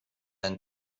ein